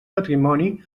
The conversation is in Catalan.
patrimoni